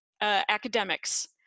academics